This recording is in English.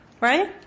Right